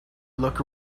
look